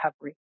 recovery